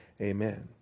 Amen